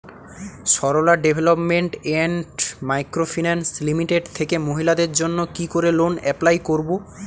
Sarala development and micro finance limited থেকে মহিলাদের জন্য কি করে লোন এপ্লাই করব?